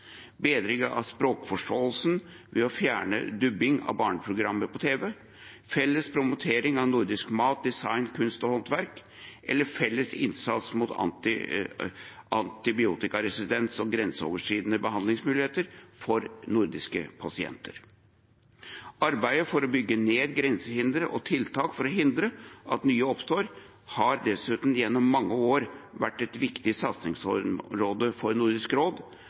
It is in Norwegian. bedring av språkforståelsen ved å fjerne dubbing av barneprogrammer på TV, felles promotering av nordisk mat, design, kunst og håndverk eller felles innsats mot antibiotikaresistens og grenseoverskridende behandlingsmuligheter for nordiske pasienter. Arbeidet for å bygge ned grensehindre og tiltak for å hindre at nye oppstår har dessuten gjennom mange år vært et viktig satsingsområde for Nordisk råd.